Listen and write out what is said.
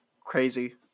crazy